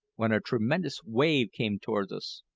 when a tremendous wave came towards us.